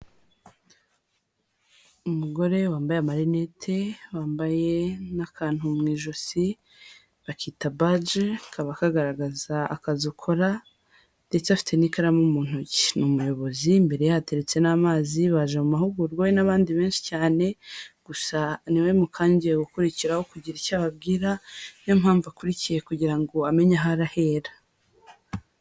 Umugore wambaye amarinete, wambaye n'akantu mu ijosi bakita bage kaba kagaragaza akazi ukora ndetse afite n'ikaramu mu ntoki, ni umuyobozi mbere yateretse n amazi baje mu mahugurwa n'abandi benshi cyane gusa niwe mukanya ugiye gukurikiraho kugira icyo ababwira niyo mpamvu akuriye kugira ngo amenye aho arahera.